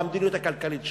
במדיניות הכלכלית שלו.